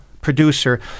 producer